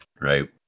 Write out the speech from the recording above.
right